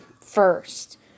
first